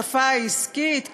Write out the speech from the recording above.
בשפה העסקית,